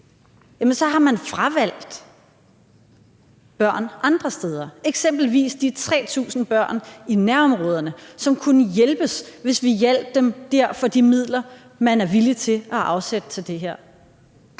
så har man fravalgt børn andre steder, eksempelvis de 3.000 børn i nærområderne, som kunne hjælpes, hvis vi hjalp dem dér for de midler, man er villig til at afsætte til det her.